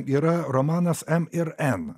yra romanas em ir en